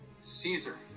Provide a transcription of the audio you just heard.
Caesar